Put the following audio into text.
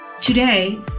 Today